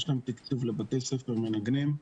יש להם תקצוב לבתי ספר מנגנים,